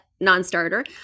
non-starter